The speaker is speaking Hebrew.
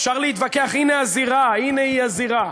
אפשר להתווכח, הנה היא הזירה, הנה היא הזירה.